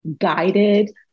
guided